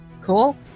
cool